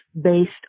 based